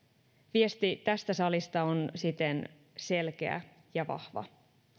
viesti tästä salista on siten selkeä ja vahva